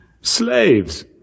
Slaves